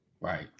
Right